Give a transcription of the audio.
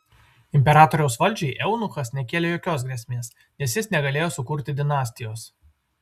imperatoriaus valdžiai eunuchas nekėlė jokios grėsmės nes jis negalėjo sukurti dinastijos